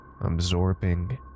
absorbing